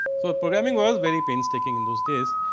so, programming was very pain sticking in those days.